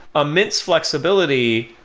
immense flexibility,